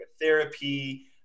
therapy